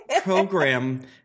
program